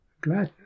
gladness